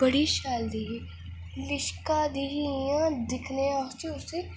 बडी शैल ही लिशका दी ही इ'यां दिक्खने च उसी